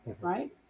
Right